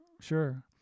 sure